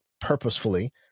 purposefully